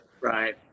Right